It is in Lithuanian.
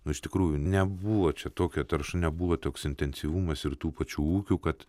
nu iš tikrųjų nebuvo čia tokia tarša nebuvo toks intensyvumas ir tų pačių ūkių kad